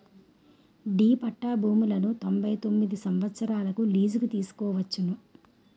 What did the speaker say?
D పట్టా భూములను తొంభై తొమ్మిది సంవత్సరాలకు లీజుకు తీసుకోవచ్చును